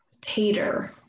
tater